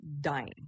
dying